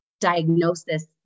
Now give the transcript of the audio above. diagnosis